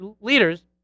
leaders